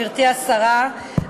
גברתי השרה,